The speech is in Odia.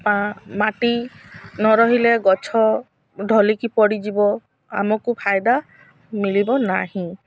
ମାଟି ନ ରହିଲେ ଗଛ ଢଳିକି ପଡ଼ିଯିବ ଆମକୁ ଫାଇଦା ମିଳିବ ନାହିଁ